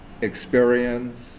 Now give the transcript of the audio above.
experience